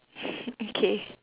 okay